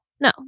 no